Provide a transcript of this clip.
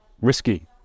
risky